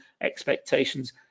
expectations